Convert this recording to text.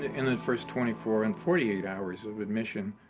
in the first twenty four and forty eight hours of admission,